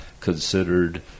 considered